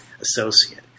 associate